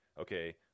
okay